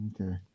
Okay